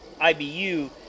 IBU